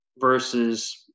versus